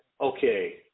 okay